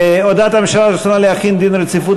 אישרנו את רצון הממשלה להחיל דין רציפות